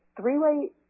three-way